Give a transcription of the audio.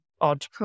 odd